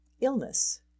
Illness